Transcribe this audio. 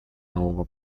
нового